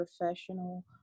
professional